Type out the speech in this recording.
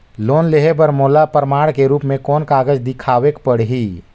Loan लेहे बर मोला प्रमाण के रूप में कोन कागज दिखावेक पड़ही?